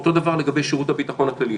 אותו דבר לגבי שירות הביטחון הכללי.